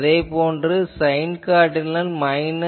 அதே போன்று இந்த சைன் கார்டினல் 0